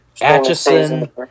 Atchison